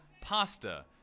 pasta